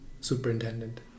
superintendent